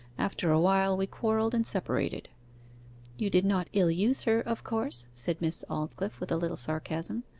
after a while we quarrelled and separated you did not ill-use her, of course said miss aldclyffe, with a little sarcasm.